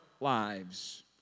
lives